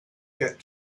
get